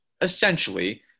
essentially